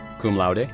cum laude,